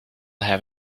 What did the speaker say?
have